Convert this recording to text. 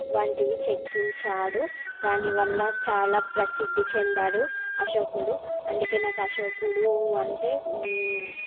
వంటివి చెక్కించాడు దానివల్ల చాలా ప్రసిద్ధి చెందాడు అశోకుడు అందుకే నాకు అశోకుడు అంటే